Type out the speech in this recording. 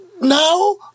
Now